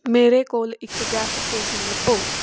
ਮੇਰੇ ਕੋਲ ਇੱਕ ਗੈਸ ਸਟੇਸ਼ਨ ਲੱਭੋ